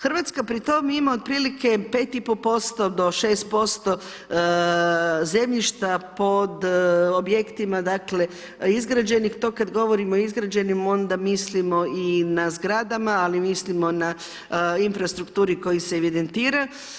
Hrvatska pri tom ima otprilike 5,5% do 6% zemljišta pod objektima izgrađenih, to kada govorimo izgrađenim onda mislimo i na zgradama, ali mislimo na infrastrukturu koja se evidentira.